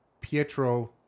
pietro